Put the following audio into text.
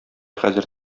хәзер